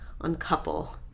uncouple